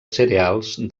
cereals